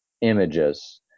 images